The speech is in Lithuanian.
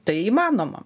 tai įmanoma